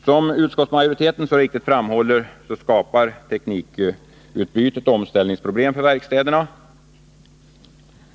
Som utskottsmajoriteten så riktigt framhåller skapar teknikutbytet omställningsproblem för verkstäderna.